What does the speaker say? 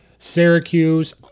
Syracuse